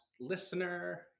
listener